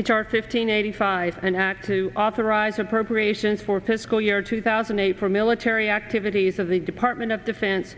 it's our fifteen eighty five and act to authorize appropriations for his school year two thousand and eight for military activities of the department of defense